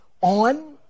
on